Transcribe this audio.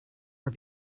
are